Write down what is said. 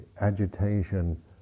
agitation